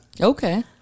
Okay